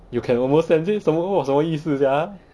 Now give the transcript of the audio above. you can almost sense it 什么什么意思 sia